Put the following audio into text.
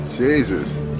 Jesus